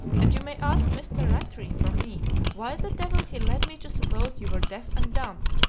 and you may ask mr. rattray from me why the devil he led me to suppose you were deaf and dumb?